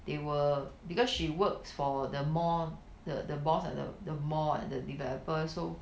they were because she works for the mall the the boss at the the mall the developer so